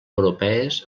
europees